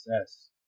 success